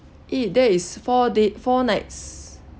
eh that is four day four nights